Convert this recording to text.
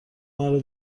مرا